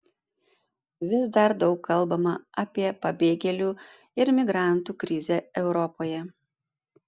vis dar daug kalbama apie pabėgėlių ir migrantų krizę europoje